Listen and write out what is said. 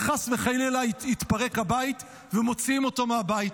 וחס וחלילה התפרק הבית ומוציאים אותו מהבית.